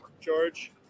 George